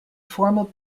formal